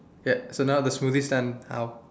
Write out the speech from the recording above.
ya so now the smoothie stand how